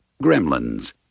Gremlins